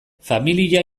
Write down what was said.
familia